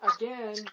again